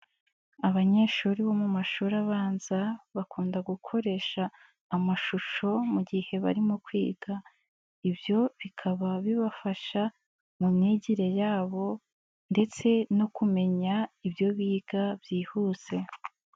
Abanyeshuri bo mu mashuri abanza bakunda gukoresha amashusho mu gihe barimo kwiga, ibyo bikaba bibafasha mu myigire yabo ndetse no kumenya ibyo biga byihuse.